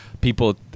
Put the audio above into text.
people